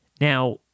Now